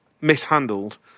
mishandled